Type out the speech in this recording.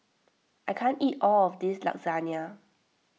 I can't eat all of this Lasagne